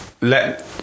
let